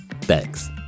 Thanks